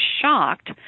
shocked